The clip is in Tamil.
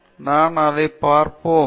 எனவே நாம் அதைப் பார்ப்போம்